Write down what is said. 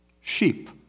sheep